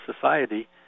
society